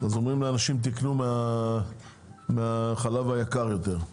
אז אומרים לאנשים שייקנו מהחלב היקר יותר.